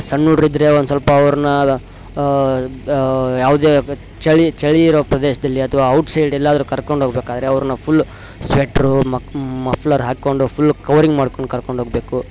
ಸಣ್ಣ ಹುಡುಗ್ರಿದ್ರೆ ಒಂದುಸ್ವಲ್ಪ ಅವ್ರನ್ನ ಯಾವುದೆ ಚಳಿ ಚಳಿ ಇರೊ ಪ್ರದೇಶದಲ್ಲಿ ಅಥವಾ ಔಟ್ಸೈಡ್ ಎಲ್ಲಾದರು ಕರ್ಕೊಂಡು ಹೋಗಬೇಕಾದ್ರೆ ಅವ್ರನ್ನ ಫುಲ್ ಸ್ವೆಟ್ರು ಮಫ್ಲರ್ ಹಾಕ್ಕೊಂಡು ಫುಲ್ ಕವರಿಂಗ್ ಮಾಡ್ಕೊಂಡು ಕರ್ಕೊಂಡು ಹೋಗಬೇಕು